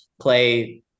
play